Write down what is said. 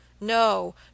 no